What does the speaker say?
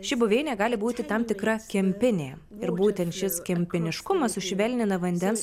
ši buveinė gali būti tam tikra kempinė ir būtent šis kempiniškumas sušvelnina vandens